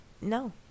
no